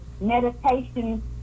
meditation